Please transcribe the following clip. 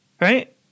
Right